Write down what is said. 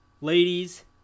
Ladies